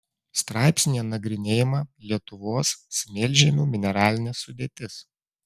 straipsnyje nagrinėjama lietuvos smėlžemių mineralinė sudėtis